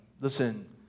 listen